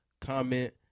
comment